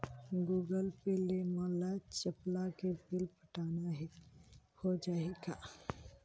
Google Pay ले मोल चपला के बिल पटाना हे, हो जाही का?